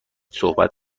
صحبت